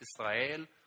Israel